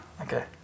Okay